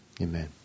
Amen